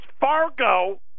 Fargo